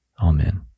Amen